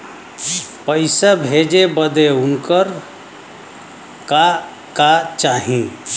पैसा भेजे बदे उनकर का का चाही?